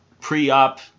pre-op